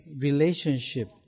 relationship